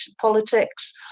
politics